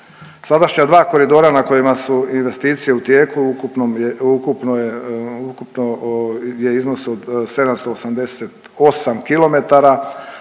Sadašnja dva koridora na kojima su investicije u tijeku ukupno je, ukupno je,